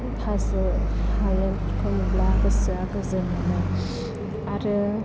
हाजो हायेनफोरखौ नुब्ला गोसोआ गोजोन मोनो आरो